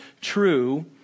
true